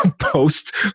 post